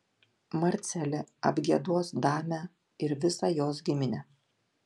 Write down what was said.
marcelė apgiedos damę ir visą jos giminę